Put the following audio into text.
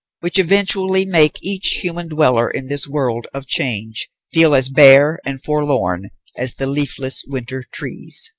which eventually make each human dweller in this world of change feel as bare and forlorn as the leafless winter trees.